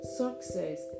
success